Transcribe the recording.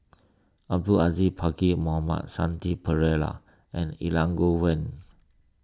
Abdul Aziz Pakkeer Mohamed Shanti Pereira and Elangovan